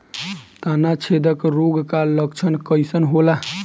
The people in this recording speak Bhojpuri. तना छेदक रोग का लक्षण कइसन होला?